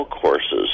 courses